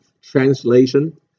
translation